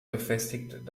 befestigt